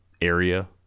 area